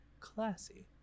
classy